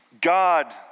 God